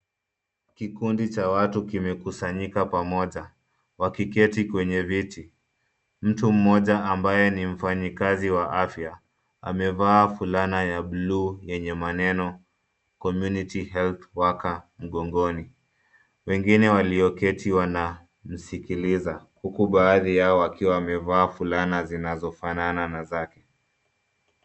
Kikundi cha watu kimekusanyika pamoja, wakiketi kwenye viti. Mtu mmoja ambaye ni mfanyikazi wa afya, amevaa fulana ya blue yenye maneno community health worker mgongoni. Wengine walioketi wanamsikiliza, huku baadhi yao wakiwa wamevaa fulana zinazofanana na zake.